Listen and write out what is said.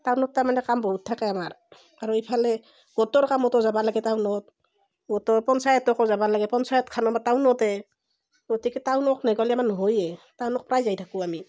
টাউনত তাৰমানে কাম বহুত থাকে আমাৰ আৰু এইফালে গোটৰ কামতো যাব লাগে টাউনত গোটৰ পঞ্চায়তটকো যাব লাগে পঞ্চায়তখন আমাৰ টাউনতে গতিকে টাউনত নগ'লে আমাৰ নহয়েই টাউনত প্ৰায় যাই থাকোঁ আমি